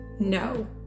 No